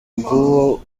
bw’uwo